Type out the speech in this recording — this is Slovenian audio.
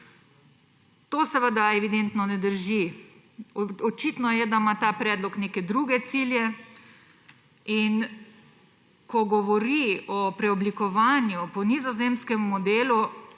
To seveda evidentno ne drži. Očitno je, da ima ta predlog neke druge cilje. Ko govori o preoblikovanju po nizozemskem modelu,